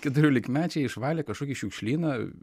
keturiolikmečiai išvalė kažkokį šiukšlyną